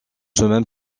semaines